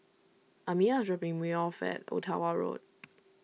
Amiyah is dropping me off at Ottawa Road